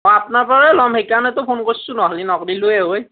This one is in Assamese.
অঁ আপোনাৰ পৰাই ল'ম সেইকাৰণেতো ফোন কৰিছোঁ নহ'লে নকৰিলোৱে হয়